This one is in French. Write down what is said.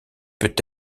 peut